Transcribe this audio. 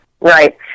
right